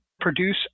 produce